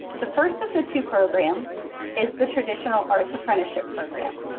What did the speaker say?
the first of the two programs is the traditional arts apprenticeship program,